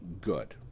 good